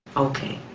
okay.